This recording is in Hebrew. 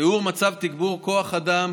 תיאור מצב תגבור כוח אדם